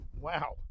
Wow